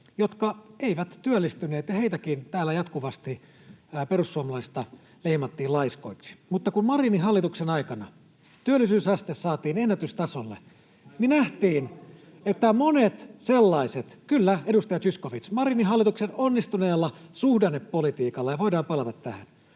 jotka eivät ole työllistyneet, ja heitäkin täällä jatkuvasti perussuomalaisista leimattiin laiskoiksi. Mutta kun Marinin hallituksen aikana työllisyysaste saatiin ennätystasolle, [Ben Zyskowicz: Ai Marinin hallituksen toimin?] niin nähtiin, että monet sellaiset ryhmät — kyllä, edustaja Zyskowicz, Marinin hallituksen onnistuneella suhdannepolitiikalla, voidaan palata tähän